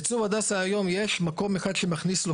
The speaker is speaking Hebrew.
לצור הדסה יש היום מקום אחד שמכניס לו